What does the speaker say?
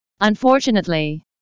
Unfortunately